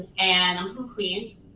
and i'm from queens.